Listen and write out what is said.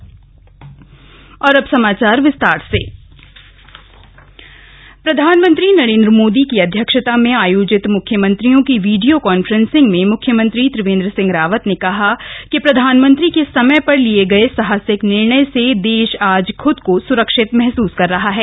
PM meeting प्रधानमंत्री नरेन्द्र मोदी की अध्यक्षता में आयोजित मुख्यमंत्रियों की वीडियो कॉन्फ्रेंसिग में मुख्यमंत्री त्रिवेन्द्र सिंह रावत ने कहा कि प्रधानमंत्री के समय पर लिए गए साहसिक निर्णय से देश आज ख्द को स्रक्षित महसूस कर रहा है